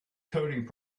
coding